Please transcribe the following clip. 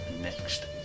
next